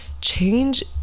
change